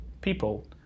people